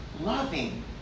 loving